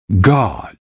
God